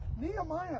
Nehemiah